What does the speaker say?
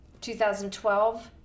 2012